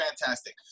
fantastic